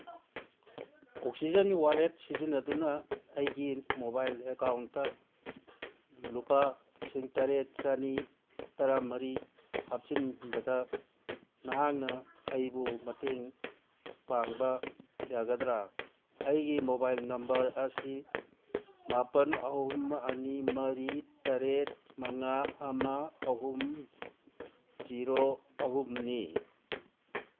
ꯑꯣꯛꯁꯤꯖꯦꯟꯒꯤ ꯋꯥꯂꯠ ꯁꯤꯖꯤꯟꯅꯗꯨꯅ ꯑꯩꯒꯤ ꯃꯣꯕꯥꯏꯜ ꯑꯦꯀꯥꯎꯟꯇ ꯂꯨꯄꯥ ꯂꯤꯁꯤꯡ ꯇꯔꯦꯠ ꯆꯅꯤ ꯇꯔꯥ ꯃꯔꯤ ꯍꯥꯞꯆꯤꯟꯕꯗ ꯅꯍꯥꯛꯅ ꯑꯩꯕꯨ ꯃꯇꯦꯡ ꯄꯥꯡꯕ ꯌꯥꯒꯗ꯭ꯔꯥ ꯑꯩꯒꯤ ꯃꯣꯕꯥꯏꯜ ꯅꯝꯕꯔ ꯑꯁꯤ ꯃꯥꯄꯟ ꯑꯍꯨꯝ ꯑꯅꯤ ꯃꯔꯤ ꯇꯔꯦꯠ ꯃꯉꯥ ꯑꯃ ꯑꯍꯨꯝ ꯖꯤꯔꯣ ꯑꯍꯨꯝꯅꯤ